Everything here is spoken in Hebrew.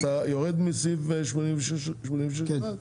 אז אתה יורד מסעיף 86 1?